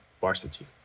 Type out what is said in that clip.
Varsity